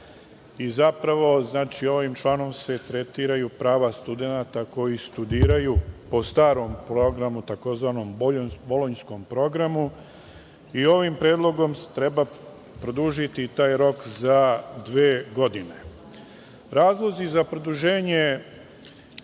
studija i ovim članom se tretiraju prava studenata koji studiraju po starom programu, tzv. bolonjskom programu i ovim predlogom se treba produžiti taj rok za dve godine. Razlozi za produženje